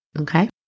Okay